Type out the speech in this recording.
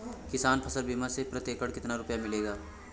किसान फसल बीमा से प्रति एकड़ कितना रुपया मिलेगा?